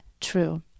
true